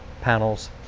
panels